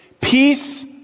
peace